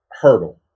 hurdle